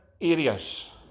areas